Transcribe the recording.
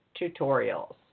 tutorials